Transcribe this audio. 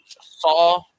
Saw